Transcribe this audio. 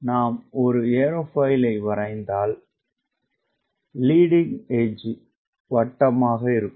நாம் ஒரு ஏரோஃபாயில் வரைந்தால் லீடிங் எட்ஜ் வட்டமானது